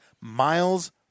Miles